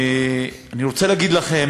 אני קודם כול רוצה לברך אתכם